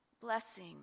blessing